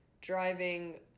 driving